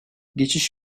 geçiş